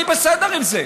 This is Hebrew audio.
אני בסדר עם זה.